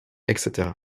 etc